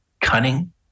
cunning